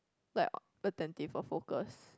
like a~ attentive or focused